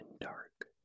dark